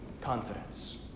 confidence